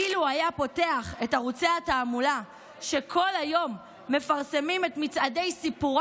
אילו היה פותח את ערוצי התעמולה שכל היום מפרסמים את מצעדי "סיפורה